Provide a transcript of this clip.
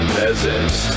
peasants